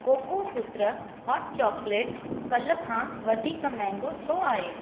कोकोसूत्र hot चॉक्लेटु कल्ह खां वधीक महांगो छो आहे